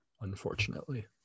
unfortunately